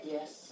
Yes